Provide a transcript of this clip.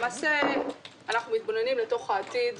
למעשה אנחנו מתבוננים אל תוך העתיד,